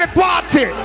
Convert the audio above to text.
party